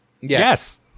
Yes